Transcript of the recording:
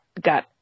got